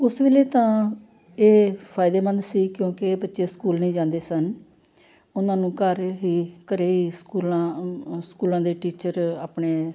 ਉਸ ਵੇਲੇ ਤਾਂ ਇਹ ਫਾਇਦੇਮੰਦ ਸੀ ਕਿਉਂਕਿ ਬੱਚੇ ਸਕੂਲ ਨਹੀਂ ਜਾਂਦੇ ਸਨ ਉਹਨਾਂ ਨੂੰ ਘਰ ਹੀ ਘਰ ਸਕੂਲਾਂ ਸਕੂਲਾਂ ਦੇ ਟੀਚਰ ਆਪਣੇ